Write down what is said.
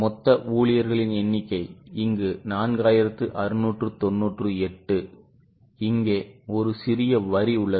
மொத்த ஊழியர்களின் எண்ணிக்கை 4698 இங்கே ஒரு சிறிய வரி உள்ளது